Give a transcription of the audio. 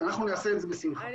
מרוכז, אנחנו נעשה את זה בשמחה.